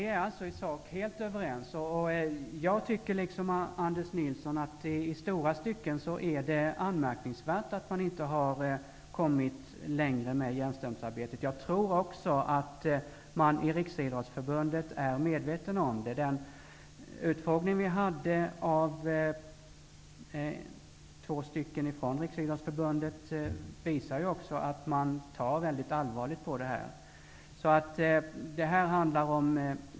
Fru talman! Vi är i sak helt överens. Jag tycker liksom Anders Nilsson att det i stora stycken är anmärkningsvärt att man inte har kommit längre med jämställdhetsarbetet. Jag tror också att man inom Riksidrottsförbundet är medveten om detta. Den utfrågning vi gjorde av två representanter för Riksidrottsförbundet visar också att man tar mycket allvarligt på det här.